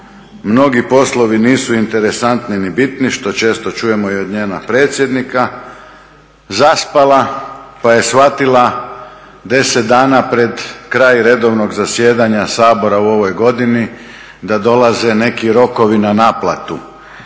mnogi poslovi nisu interesantni ni bitni, što često čujemo i od njega predsjednika, zaspala pa je shvatila 10 dana pred kraj redovnog zasjedanja Sabora u ovoj godini da dolaze neki rokovi na naplatu